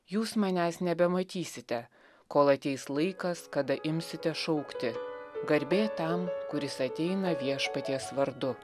jūs manęs nebematysite kol ateis laikas kada imsite šaukti garbė tam kuris ateina viešpaties vardu